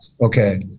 Okay